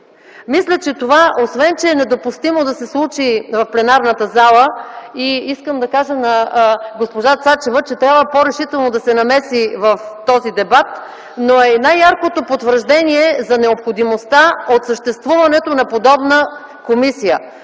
Мисля, че това, освен че е недопустимо да се случи в пленарната зала (искам да кажа на госпожа Цачева, че трябва по-решително да се намеси в този дебат), е най-яркото потвърждение за необходимостта от съществуването на подобна комисия.